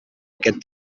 aquest